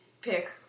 pick